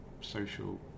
social